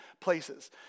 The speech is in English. places